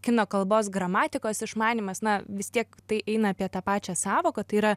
kino kalbos gramatikos išmanymas na vis tiek tai eina apie tą pačią sąvoką tai yra